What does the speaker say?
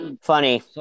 Funny